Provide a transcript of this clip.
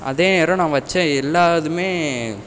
அதே நேரம் நான் வச்ச எல்லா இதுவுமே